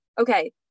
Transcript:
okay